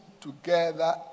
together